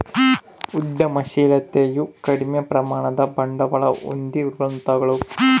ಉದ್ಯಮಶಿಲತೆಯು ಕಡಿಮೆ ಪ್ರಮಾಣದ ಬಂಡವಾಳ ಹೊಂದಿರುವಂತವುಗಳು